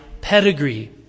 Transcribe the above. pedigree